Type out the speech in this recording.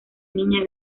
niña